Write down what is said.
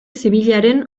zibilaren